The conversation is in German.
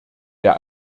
der